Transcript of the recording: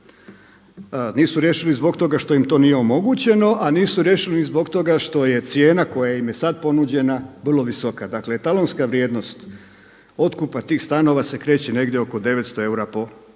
Nisu riješili zbog toga što im to nije omogućeno, a nisu riješili ni zbog toga što je cijena koja im je sada ponuđena vrlo visoka. Dakle etalonska vrijednost otkupa tih stanova se kreće negdje oko 900 eura po